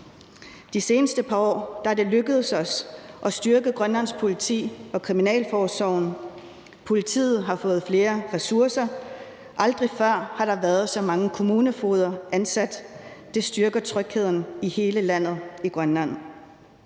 De seneste par år er det lykkedes os at styrke Grønlands politi og kriminalforsorg. Politiet har fået flere ressourcer, og aldrig før har der været så mange kommunefogeder ansat. Det styrker trygheden i hele Grønland.